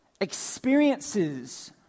experiences